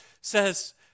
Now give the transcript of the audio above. says